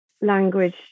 language